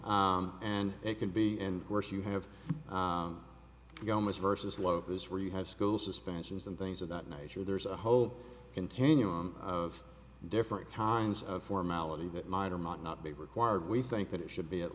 case and it can be and worse you have to go much versus locus where you have school suspensions and things of that nature there's a whole continuum of different kinds of formality that might or might not be required we think that it should be at